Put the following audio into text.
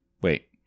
wait